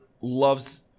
Loves